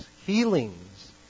healings